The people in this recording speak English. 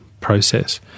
process